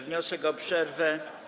Wniosek o przerwę.